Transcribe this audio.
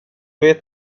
vet